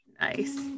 Nice